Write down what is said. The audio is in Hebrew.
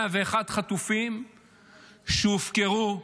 101 חטופים שהופקרו,